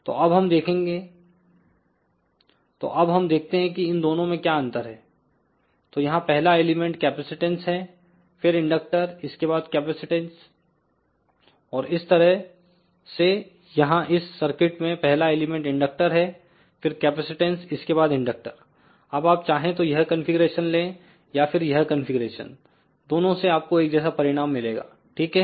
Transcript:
तो अब हम देखते हैं कि इन दोनों में क्या अंतर है तो यहां पहला एलिमेंट कैपेसिटन्स है फिर इंडक्टर इसके बादकैपेसिटन्स और इस तरह सेयहां इस सर्किट में पहला एलिमेंट इंडक्टर है फिर कैपेसिटन्स इसके बाद इंडक्टर अब आप चाहे तो यहकंफीग्रेशन ले या फिर यह कंफीग्रेशन दोनों से आपको एक जैसा परिणाम मिलेगा ठीक है